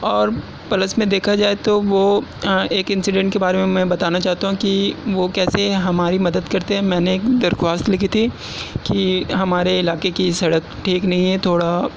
اور پلس میں دیکھا جائے تو وہ ایک انسیڈینٹ کے بارے میں میں بتانا چاہتا ہوں کہ وہ کیسے ہماری مدد کرتے ہیں میں نے ایک درخواست لکھی تھی کہ ہمارے علاقے کی سڑک ٹھیک نہیں ہے تھوڑا